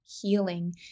healing